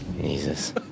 Jesus